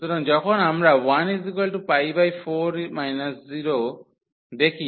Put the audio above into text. সুতরাং যখন আমরা 4 0 কখি